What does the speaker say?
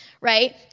right